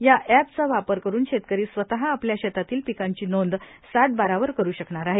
या ऍपचा वापर करून शेतकरी स्वतः आपल्या शेतातील पिकांची नोंद सात बारावर करू शकणार आहेत